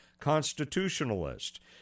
constitutionalist